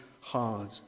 hard